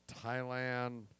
Thailand